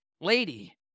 lady